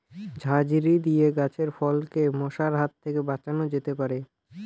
ঝাঁঝরি দিয়ে গাছের ফলকে মশার হাত থেকে বাঁচানো যেতে পারে?